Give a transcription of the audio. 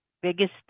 biggest